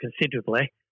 considerably